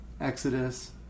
exodus